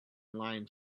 line